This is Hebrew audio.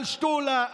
על שתולה,